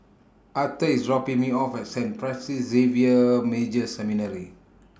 Aurthur IS dropping Me off At Saint Francis Xavier Major Seminary